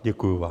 Děkuji vám.